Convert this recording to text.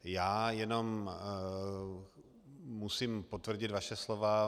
Já jenom musím potvrdit vaše slova.